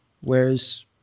whereas –